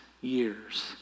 years